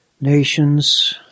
Nations